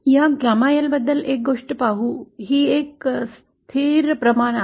या gamma L बद्दल एक गोष्ट पाहू ही एक स्थिर प्रमाणात आहे